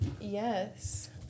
Yes